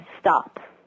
Stop